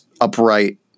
upright